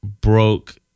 broke